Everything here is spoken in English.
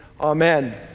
amen